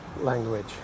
language